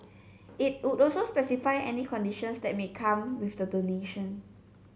it would also specify any conditions that may come with the donation